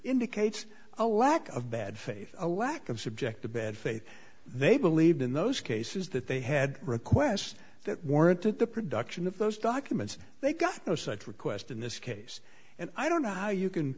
indicates a lack of bad faith a lack of subject to bad faith they believed in those cases that they had requests that warranted the production of those documents they got no such request in this case and i don't know how you can